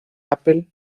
apple